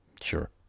sure